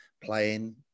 playing